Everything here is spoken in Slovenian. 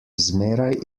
zmeraj